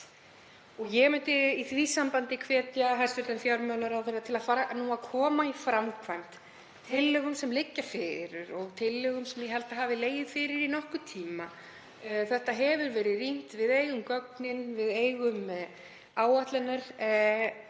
Ég myndi í því sambandi hvetja hæstv. fjármálaráðherra til að fara nú að koma í framkvæmd tillögum sem liggja fyrir og tillögum sem ég held að legið hafi fyrir í nokkurn tíma. Þetta hefur verið rýnt, við eigum gögnin, við eigum áætlanir